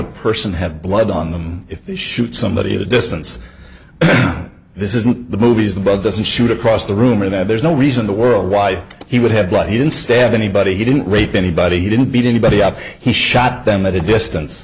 a person have blood on them if they shoot somebody at a distance this isn't the movies the blood doesn't shoot across the room or that there's no reason the world why he would have blood he didn't stab anybody he didn't rape anybody he didn't beat anybody up he shot them at a distance